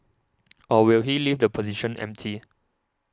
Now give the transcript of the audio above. or will he leave the position empty